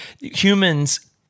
Humans